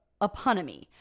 Eponymy